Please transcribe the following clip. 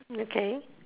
okay